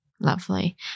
Lovely